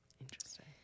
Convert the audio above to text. Interesting